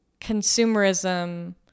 consumerism